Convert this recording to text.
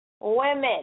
women